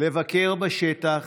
לבקר בשטח,